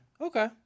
Okay